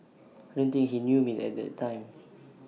I don't think he knew me at that time